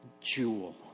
jewel